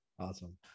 Awesome